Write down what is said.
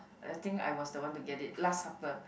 I think I was the one to get it last supper